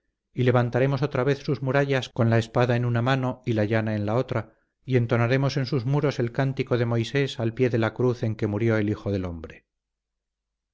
y levantaremos otra vez sus murallas con la espada en una mano y la llana en la otra y entonaremos en sus muros el cántico de moisés al pie de la cruz en que murió el hijo del hombre